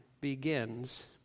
begins